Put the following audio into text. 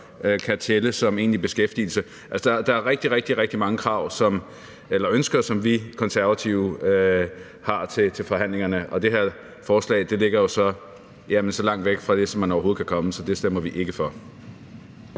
kan tælle som egentlig beskæftigelse. Der er rigtig, rigtig mange ønsker, som vi Konservative har til forhandlingerne. Det her forslag ligger jo så langt væk fra det, som man overhovedet kan komme. Så det stemmer vi ikke for.